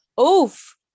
oof